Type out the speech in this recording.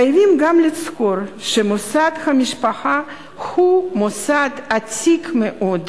חייבים גם לזכור שמוסד המשפחה הוא מוסד עתיק מאוד,